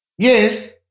Yes